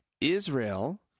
Israel